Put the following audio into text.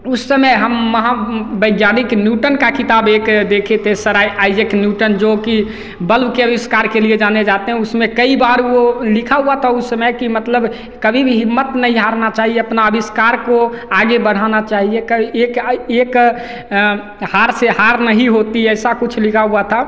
उस समय हम महा वैज्ञानिक न्यूटन का किताब एक देखे थे सर आई आइज़ैक न्यूटन जो कि बल्ब के अविष्कार के लिए जाने जाते हैं उसमें कई बार वो लिखा हुआ था उस समय कि मतलब कभी भी हिम्मत नहीं हारना चाहिए अपना आविष्कार को आगे बढ़ाना चाहिए कई एक अई एक हार से हार नहीं होती ऐसा कुछ लिखा हुआ था